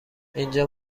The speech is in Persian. اینجا